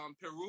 Peru